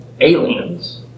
aliens